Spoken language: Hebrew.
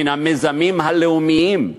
מן המיזמים הלאומיים,